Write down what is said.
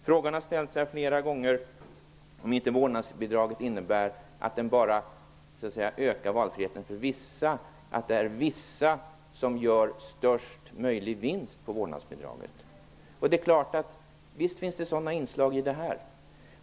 Flera gånger har frågan ställts om inte vårdnadsbidraget innebär att valfriheten bara ökas för vissa, att det är vissa som gör största möjliga vinst på vårdnadsbidraget. Det är klart att det finns sådana inslag.